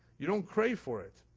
you don't pray for it.